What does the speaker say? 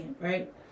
right